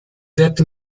that